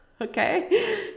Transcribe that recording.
okay